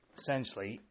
essentially